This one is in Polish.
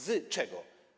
Z czego?